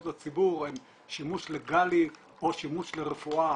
לציבור הן שימוש לגאלי או שימוש לרפואה.